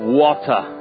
water